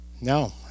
No